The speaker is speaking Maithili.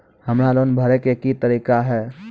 हमरा लोन भरे के की तरीका है?